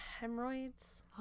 hemorrhoids